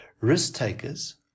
risk-takers